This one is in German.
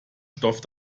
stoff